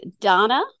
Donna